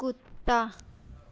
कुत्ता